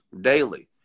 daily